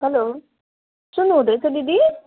hello सुन्नुहुँदैछ दिदी